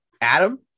adam